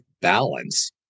balance